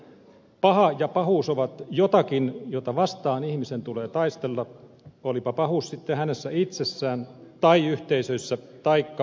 paha ja pahuus ovat jotakin jota vastaan ihmisen tulee taistella olipa pahuus sitten hänessä itsessään tai yhteisöissä taikka luonnonilmiöissä